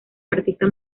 artista